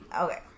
okay